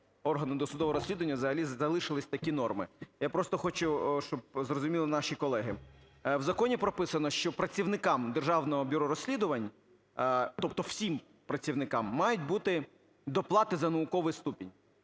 органи досудового розслідування взагалі залишилися такі норми. Я просто хочу, щоб зрозуміли наші колеги: в законі прописано, що працівникам Державного бюро розслідувань, тобто всім працівникам, мають бути доплати за науковий ступінь.